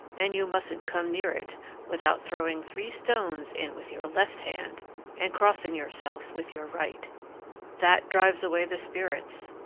and you mustn't come near it without throwing three stones in with your left hand and crossing yourself with your right that drives away the spirits.